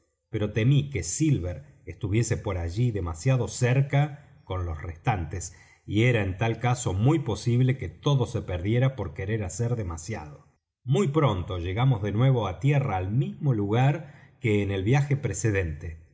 pero temí que silver estuviese por allí demasiado cerca con los restantes y era en tal caso muy posible que todo se perdiera por querer hacer demasiado muy pronto llegamos de nuevo á tierra al mismo lugar que en el viaje precedente